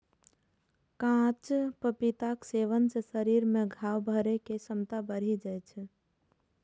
कांच पपीताक सेवन सं शरीर मे घाव भरै के क्षमता बढ़ि जाइ छै